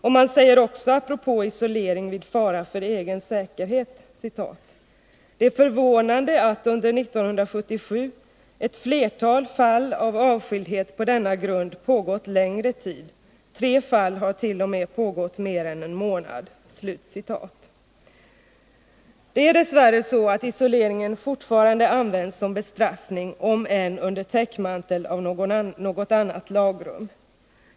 9 Man säger också apropå isolering vid fara för egen säkerhet: ”Det är förvånande att under 1977 ett flertal fall av avskildhet på denna grund pågått längre tid. Tre fall har t.o.m. pågått mer än en månad.” Det är dess värre så att isoleringen fortfarande används som bestraffning om än under täckmantel av något annat lagrum.